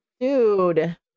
Dude